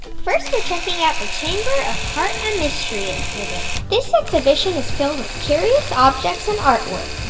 first, we're checking out the chamber of heart and mystery exhibit. this exhibition is filled with curious objects and artwork.